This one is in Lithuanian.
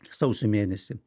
sausio mėnesį